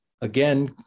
again